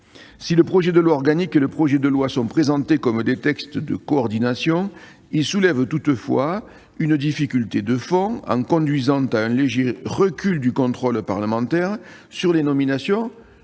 Si le projet de loi organique et le projet de loi ordinaire sont présentés comme des textes de coordination, ils soulèvent toutefois une difficulté de fond, car ils conduisent à un léger recul du contrôle parlementaire sur les nominations